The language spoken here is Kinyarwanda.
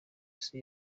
isi